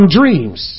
dreams